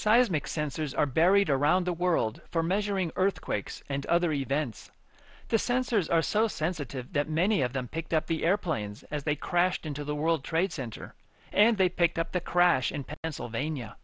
seismic sensors are buried around the world for measuring earthquakes and other events the sensors are so sensitive that many of them picked up the airplanes as they crashed into the world trade center and they picked up the crash in pennsylvania